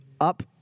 up